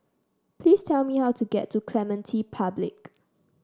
please tell me how to get to Clementi Public